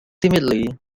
timidly